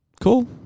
cool